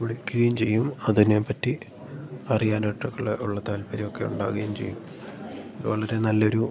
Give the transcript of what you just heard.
വിളിക്കുകയും ചെയ്യും അതിനെ പറ്റി അറിയാനായിട്ടുള്ള ഉള്ള താല്പര്യമൊക്കെ ഉണ്ടാകുകയും ചെയ്യും വളരെ നല്ലൊരു